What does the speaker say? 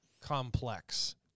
complex